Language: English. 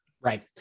Right